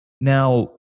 Now